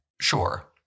Sure